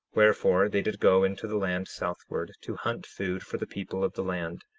wherefore they did go into the land southward, to hunt food for the people of the land,